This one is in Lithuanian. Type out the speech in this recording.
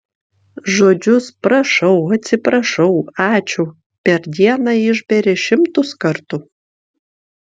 žodžius prašau atsiprašau ačiū per dieną išberi šimtus kartų